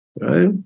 right